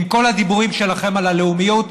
עם כל הדיבורים שלכם על הלאומיות,